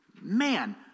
man